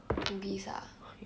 bugis ah